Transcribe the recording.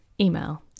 email